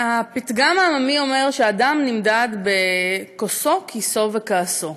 הפתגם העממי אומר שאדם נמדד בכוסו, כיסו וכעסו,